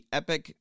epic